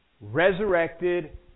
resurrected